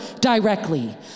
directly